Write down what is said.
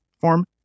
form